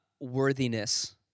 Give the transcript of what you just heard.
worthiness